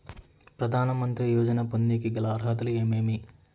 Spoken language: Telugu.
ప్రధాన మంత్రి యోజన పొందేకి గల అర్హతలు ఏమేమి?